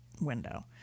window